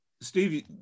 Steve